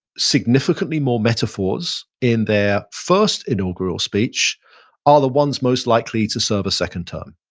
significantly more metaphors in their first inaugural speech are the ones most likely to serve a second term